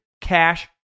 Cash